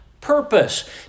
purpose